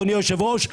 אדוני היושב ראש,